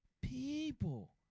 People